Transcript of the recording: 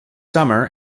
summer